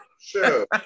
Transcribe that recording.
Sure